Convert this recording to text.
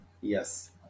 Yes